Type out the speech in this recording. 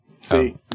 See